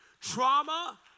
trauma